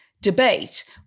debate